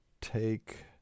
take